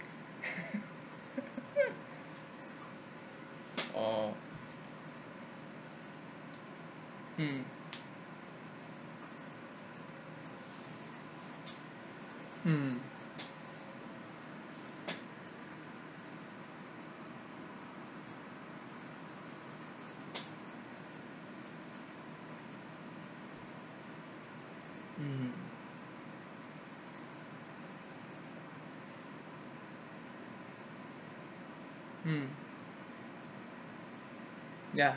oh mm mm mm mm yeah